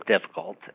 difficult